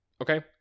Okay